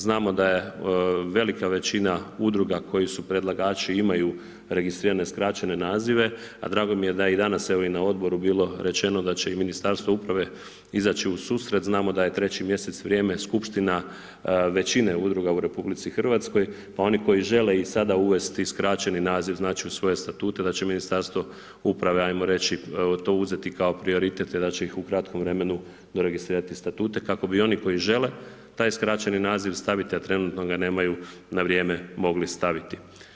Znamo da je velika većina udruga koji su predlagači imaju registrirane skraćene nazive, a drago mi je da je danas, evo i na odboru bilo rečeno da će i Ministarstvo uprave izaći u susret, znamo da je treći mjesec vrijeme skupština većine udruga u RH, pa oni koji žele i sada uvesti skraćeni naziv u svoje statute, da će Ministarstvo uprave hajmo reći uzeti, to uzeti kao prioritete i da će ih u kratkom vremenu registrirati statute, kako bi oni koji žele, taj skraćeni naziv staviti, a trenutno ga nemaju, na vrijeme mogli staviti.